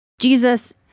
Jesus